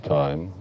time